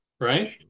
right